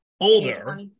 older